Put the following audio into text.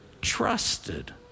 trusted